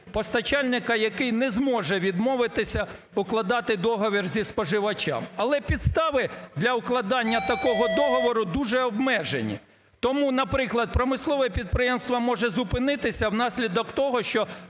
постачальника, який не зможе відмовитися укладати договір зі споживачем. Але підстави для укладання такого договору дуже обмежені. Тому, наприклад, промислове підприємство може зупинитися в наслідок того, щоб